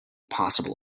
possible